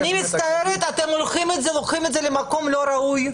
אני מצטערת, אתם לוקחים את זה למקום לא ראוי.